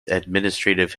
administrative